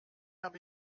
habe